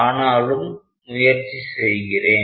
ஆனாலும் முயற்சி செய்கிறேன்